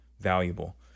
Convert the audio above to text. valuable